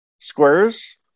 squares